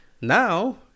Now